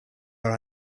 our